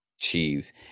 Cheese